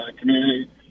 community